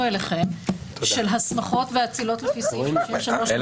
אליכם של הסמכות והאצילות לפי סעיף --- לא